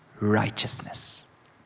righteousness